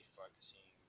focusing